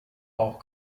auch